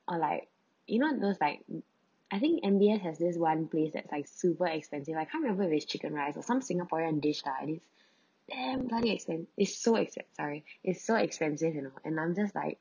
or like you know those like mm I think M_B_S has this one place that like super expensive I can't remember is it chicken rice or some singaporean dish lah I think damn very expens~ is so except sorry is so expensive you know and I'm just like